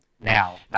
now